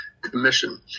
commission